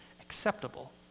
acceptable